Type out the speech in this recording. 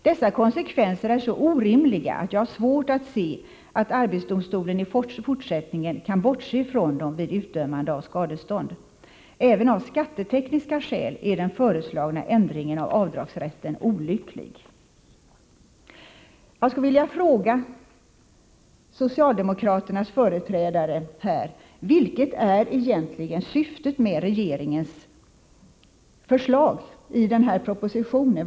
Dessa konsekvenser är så orimliga att jag har svårt att se att arbetsdomstolen i fortsättningen kan bortse från dem vid utdömande av skadestånd. Även av skattetekniska skäl är den föreslagna ändringen av avdragsrätten olycklig. Jag vill fråga socialdemokraternas företrädare här: Vilket är egentligen syftet med regeringens förslag i den aktuella propositionen?